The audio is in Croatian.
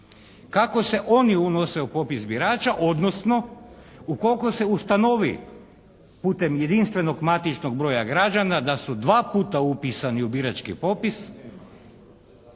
Kako se oni unose u popis birača odnosno ukoliko se ustanovi putem jedinstvenog matičnog broja građana da su dva puta upisani u birački popis,